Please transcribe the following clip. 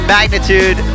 Magnitude